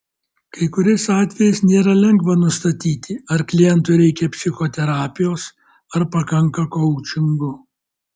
kai kuriais atvejais nėra lengva nustatyti ar klientui reikia psichoterapijos ar pakanka koučingo